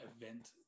event